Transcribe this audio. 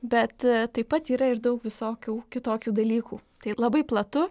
bet taip pat yra ir daug visokių kitokių dalykų tai labai platu